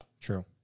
true